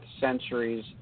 centuries